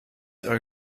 are